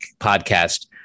podcast